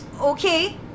Okay